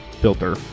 filter